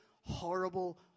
horrible